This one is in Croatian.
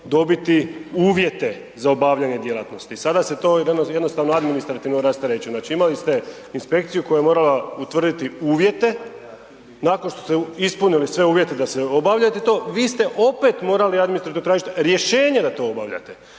dobiti uvjete za obavljanje djelatnosti. I sada se to jednostavno administrativno rasterećuje. Znači imali ste inspekciju koja je morala utvrditi uvjete, nakon što ste ispunili sve uvjete da se obavlja to, vi ste opet morali administrativno tražit rješenje da to obavljate